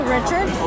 Richard